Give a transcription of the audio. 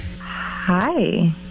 Hi